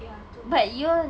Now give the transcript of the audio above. ya two buses